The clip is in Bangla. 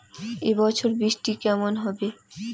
এবছর বৃষ্টি কেমন হবে?